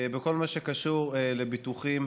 בכל מה שקשור לביטוחים